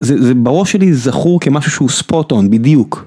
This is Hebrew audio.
זה בראש שלי זכור כמשהו שהוא ספוט-און בדיוק